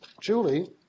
julie